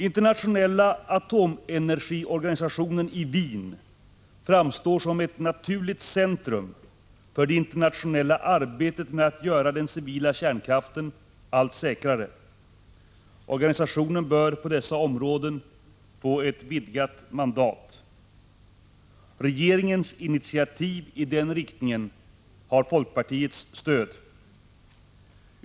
Internationella atomenergiorganisationen i Wien framstår som ett naturligt centrum för det internationella arbetet med att göra den civila kärnkraften allt säkrare. Organisationen bör på dessa områden få ett vidgat mandat. Regeringens initiativ i den riktningen har folkpartiets stöd.